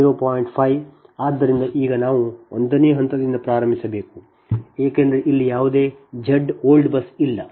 ಆದ್ದರಿಂದ ಈಗ ನಾವು ಒಂದನೇ ಹಂತದಿಂದ ಪ್ರಾರಂಭಿಸಬೇಕು ಏಕೆಂದರೆ ಇಲ್ಲಿ ಯಾವುದೇ ZBUSOLD ಇಲ್ಲ